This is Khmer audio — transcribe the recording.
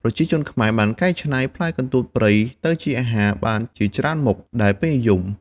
ប្រជាជនខ្មែរបានកែច្នៃផ្លែកន្ទួតព្រៃទៅជាអាហារបានជាច្រើនមុខដែលពេញនិយម។